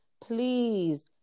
Please